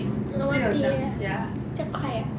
!wah! one day 这样快 ah